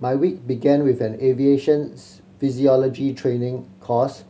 my week began with an aviation physiology training course